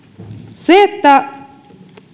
se kun